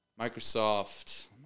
Microsoft